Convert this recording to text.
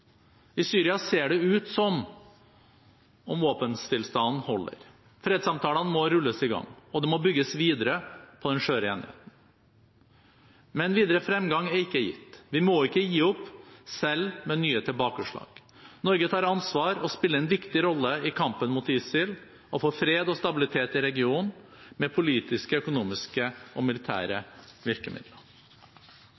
I Syria ser det ut som om våpenstillstanden holder. Fredssamtalene må rulles i gang, og det må bygges videre på den skjøre enigheten. Men videre fremgang er ikke gitt. Vi må ikke gi opp, selv med nye tilbakeslag. Norge tar ansvar og spiller en viktig rolle i kampen mot ISIL og for fred og stabilitet i regionen, med politiske, økonomiske og militære